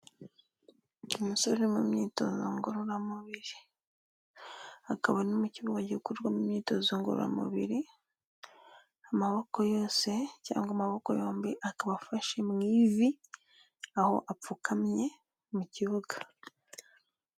Umusore uri mu myitozo ngororamubiri akaba ari mu kibuga gikorwarwamo imyitozo ngororamubiri, amaboko yose cyangwa amaboko yombi akaba afashe mu ivi aho apfukamye mu kibuga.